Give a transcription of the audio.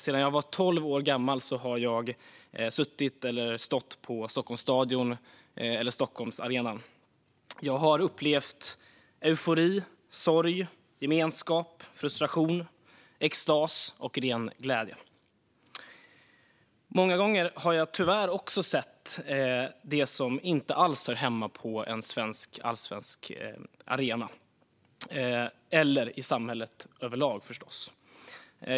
Sedan jag var tolv år gammal har jag suttit eller stått på Stockholms stadion eller Stockholmsarenan. Jag har upplevt eufori, sorg, gemenskap, frustration, extas och ren glädje. Många gånger har jag tyvärr också sett det som inte alls hör hemma på en svensk allsvensk arena eller i samhället överlag förstås.